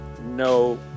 No